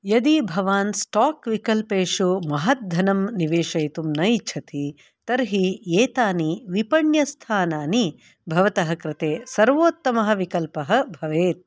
यदि भवान् स्टाक् विकल्पेषु महत् धनं निवेशयितुं न इच्छति तर्हि एतानि विपण्यस्थानानि भवतः कृते सर्वोत्तमः विकल्पः भवेत्